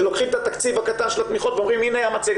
שלוקחים את התקציב הקטן של התמיכות ואומרים הנה המצגת.